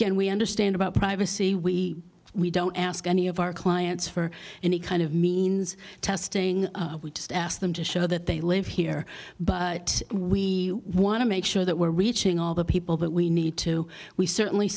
can we understand about privacy we we don't ask any of our clients for any kind of means testing we just ask them to show that they live here but we want to make sure that we're reaching all the people that we need to we certainly